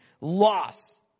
loss